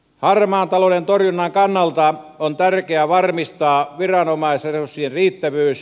harmaan talouden torjunnan kannalta on tärkeää varmistaa viranomaisresurssien riittävyys